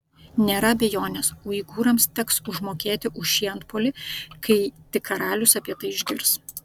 nėra abejonės uigūrams teks užmokėti už šį antpuolį kai tik karalius apie tai išgirs